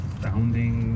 founding